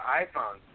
iPhone